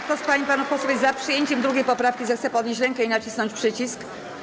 Kto z pań i panów posłów jest za przyjęciem 2. poprawki, zechce podnieść rękę i nacisnąć przycisk.